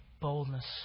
boldness